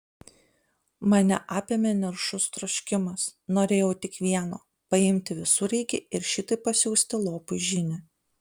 mane apėmė niršus troškimas norėjau tik vieno paimti visureigį ir šitaip pasiųsti lopui žinią